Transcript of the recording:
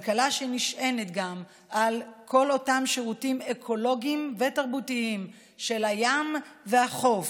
כלכלה שנשענת גם על כל אותם שירותים אקולוגיים ותרבותיים של הים והחוף,